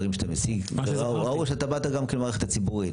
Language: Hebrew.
ראו שבאת מהמערכת הציבורית,